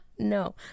No